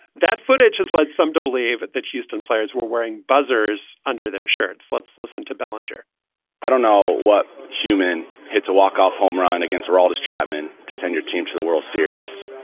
that footage has led some to believe that houston players were wearing buzzers under their shirts. let's listen to bellinger i don't know what human hits a walk-off home run against or all this chapman to send your team to the world series.